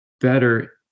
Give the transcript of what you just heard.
better